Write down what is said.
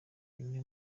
bimwe